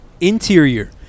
Interior